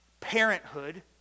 parenthood